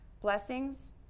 Blessings